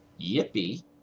Yippee